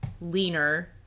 leaner